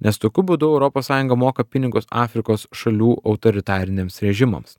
nes tokiu būdu europos sąjunga moka pinigus afrikos šalių autoritariniams rėžimams